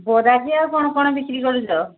ବରା ଆଉ କ'ଣ କ'ଣ ବିକ୍ରି କରୁଛ